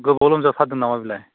गोबाव लोमजा थारदों नामा बिलाय